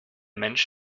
mensch